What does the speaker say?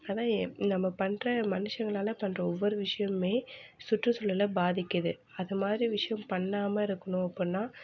அதான் நம்ம பண்ணுற மனுஷங்களால் பண்ணுற ஒவ்வொரு விஷயமுமே சுற்றுசூழலை பாதிக்கிது அது மாதிரி விஷயம் பண்ணாமல் இருக்கணும் அப்படினா